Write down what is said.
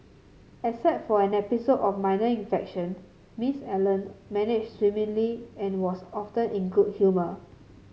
except for an episode of minor infection Miss Allen managed swimmingly and was often in good humour